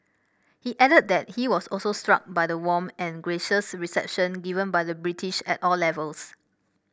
he added that he was also struck by the warm and gracious reception given by the British at all levels